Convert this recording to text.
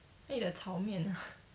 eat the 炒面啊